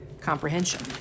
comprehension